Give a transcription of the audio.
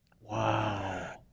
Wow